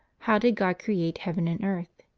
how did god create heaven and earth?